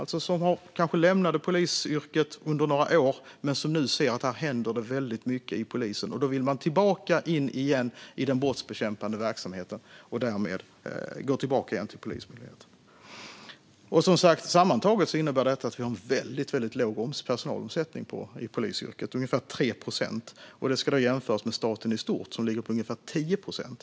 De kanske lämnade polisyrket under några år, men nu ser de att det händer väldigt mycket i polisen och vill tillbaka in i den brottsbekämpande verksamheten. Därmed går de tillbaka till Polismyndigheten. Sammantaget innebär detta att vi har väldigt låg personalomsättning i polisyrket - ungefär 3 procent. Det ska jämföras med staten i stort, som ligger på ungefär 10 procent.